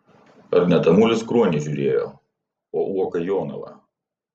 ar ne tamulis kruonį žiūrėjo o uoka jonavą